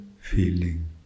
feeling